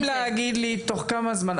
יפעת, הם צריכים להגיד לי תוך כמה זמן.